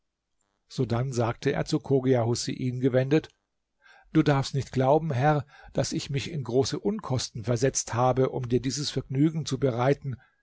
sodann sagte er zu chogia husein gewendet du darfst nicht glauben herr daß ich mich in große unkosten versetzt habe um dir dieses vergnügen zu bereiten